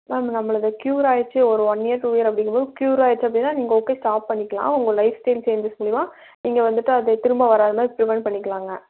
ma'am நம்மளுது கியூராகிடுச்சி ஒரு ஒன் இயர் டூ இயர் அப்படிங்கும்போது கியூர் ஆகிடுச்சி அப்படின்னா நீங்கள் ஓகே ஸ்டாப் பண்ணிக்கலாம் உங்கள் லைஃப் ஸ்டைல் சேஞ்சஸ் மூலிமா நீங்கள் வந்துட்டு அது திரும்ப வராத மாதிரி பிரிவன்ட் பண்ணிக்கலாம்ங்க